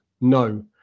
No